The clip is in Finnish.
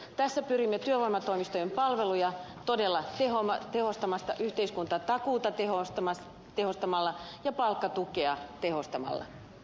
tässä pyrimme työvoimatoimistojen palveluja todella tehostamaan yhteiskuntatakuuta tehostamalla ja palkkatukea tehostamalla